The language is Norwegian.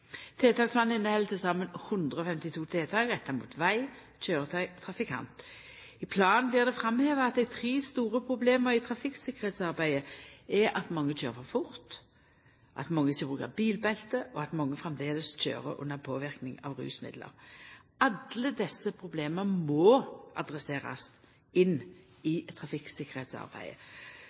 Tiltaksplanen inneheld til saman 152 tiltak retta mot veg, køyretøy og trafikant. I planen blir det framheva at dei tre store problema i trafikktryggleiksarbeidet er at mange køyrer for fort, at mange ikkje brukar bilbelte, og at mange framleis køyrer under påverknad av rusmiddel. Alle desse problema må adresserast inn i